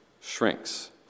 shrinks